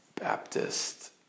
Baptist